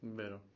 vero